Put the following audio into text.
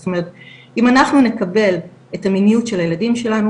זאת אומרת אם אנחנו נקבל את המיניות של הילדים שלנו,